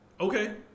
okay